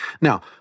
Now